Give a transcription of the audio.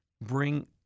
bring